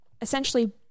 essentially